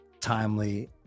timely